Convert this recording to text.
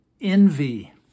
envy